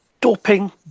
Doping